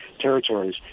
territories